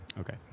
Okay